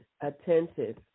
attentive